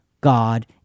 God